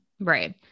right